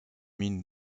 mine